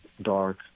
dark